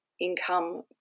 income